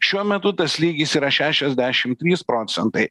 šiuo metu tas lygis yra šešiasdešim trys procentai